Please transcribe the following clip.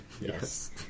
Yes